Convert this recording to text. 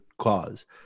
cause